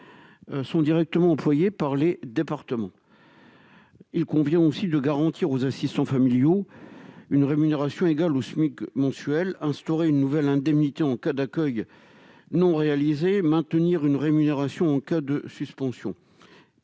sont directement employés par les départements. Il convient de garantir aux assistants familiaux une rémunération mensuelle égale au SMIC, d'instaurer une nouvelle indemnité en cas d'accueil non réalisé et de maintenir une rémunération en cas de suspension